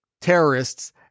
terrorists